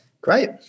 Great